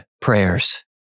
Prayers